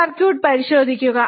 circuit പരിശോധിക്കുക